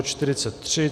43.